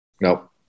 Nope